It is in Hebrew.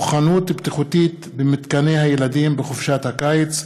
מוכנות בטיחותית במתקני הילדים בחופשת הקיץ.